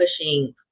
pushing